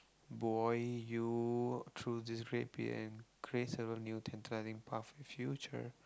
boy you walk through this and create a new tantalizing path for your future